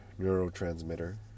neurotransmitter